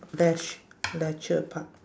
dash leisure park